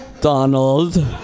Donald